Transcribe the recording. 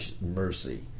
mercy